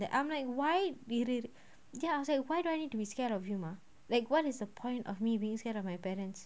I'm like why be real ya I was like why do I need to be scared of him ah like what is the point of me being scared of my parents